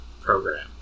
program